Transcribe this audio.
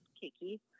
Kiki